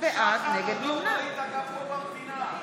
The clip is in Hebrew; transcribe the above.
גם פה במדינה.